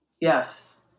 Yes